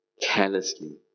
carelessly